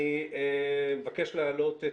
אני יכול לעזוב?